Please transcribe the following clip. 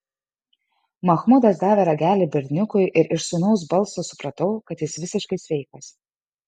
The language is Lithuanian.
machmudas davė ragelį berniukui ir iš sūnaus balso supratau kad jis visiškai sveikas